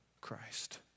Christ